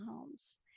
homes